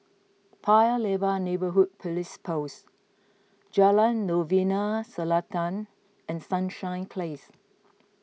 Paya Lebar Neighbourhood Police Post Jalan Novena Selatan and Sunshine Place